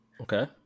Okay